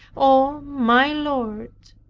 oh, my lord,